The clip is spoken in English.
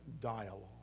dialogue